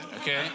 okay